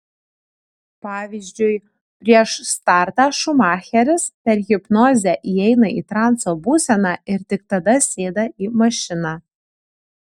pavyzdžiui prieš startą šumacheris per hipnozę įeina į transo būseną ir tik tada sėda į mašiną